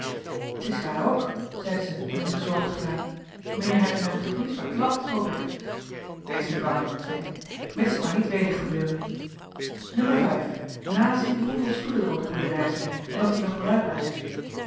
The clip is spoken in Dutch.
t is waar ook zeide zij met een bezorgd gelaat meneer heit men toch niet verklapt hoop ik wees niet bang zeide ik mits het maar niet weder gebeure nummer vijf nazien hoeveel stoelen er op de boerderij zijn en of die nog bruikbaar zijn